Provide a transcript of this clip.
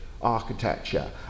Architecture